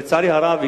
לצערי הרב,